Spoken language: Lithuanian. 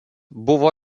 buvo